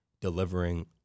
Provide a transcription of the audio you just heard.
delivering